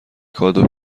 کادو